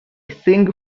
sing